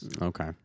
okay